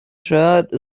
shirt